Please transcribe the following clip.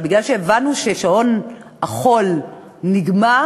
אבל מכיוון שהבנו שהחול בשעון החול נגמר,